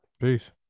Peace